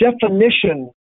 definition